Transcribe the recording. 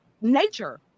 nature